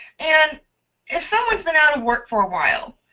and if someone's been out of work for a while,